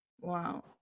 wow